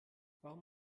warum